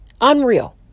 Unreal